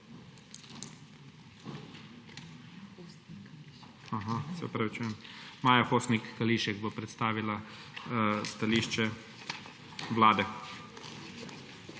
Maja Hostnik Kališek bo predstavila stališče Vlade.